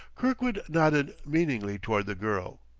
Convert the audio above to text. kirkwood nodded meaningly toward the girl.